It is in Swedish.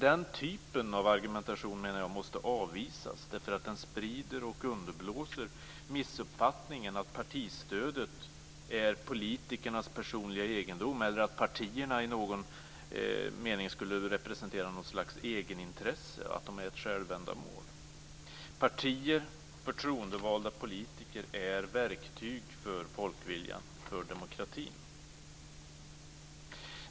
Den typen av argumentation menar jag måste avvisas, därför att den sprider och underblåser missuppfattningen att partistödet är politikernas personliga egendom eller att partierna i någon mening skulle representera något slags egenintresse och att de är ett självändamål. Partier och förtroendevalda politiker är verktyg för folkviljan, för demokratin.